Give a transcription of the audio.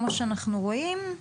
כמו שאנחנו רואים,